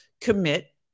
commit